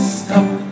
stop